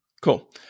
Cool